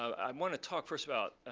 i um want to talk first about